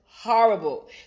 horrible